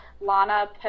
lana